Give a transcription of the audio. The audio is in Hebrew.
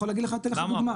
למה?